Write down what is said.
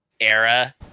era